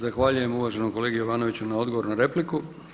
Zahvaljujem uvaženom kolegi Jovanoviću na odgovoru na repliku.